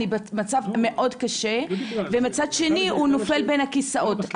אני במצב מאוד קשה." ומצד שני הוא נופל בין הכיסאות.